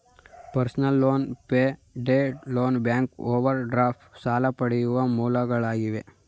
personal loan, pay day loan, bank overdraft ಸಾಲ ಪಡೆಯುವ ಮೂಲಗಳಾಗಿವೆ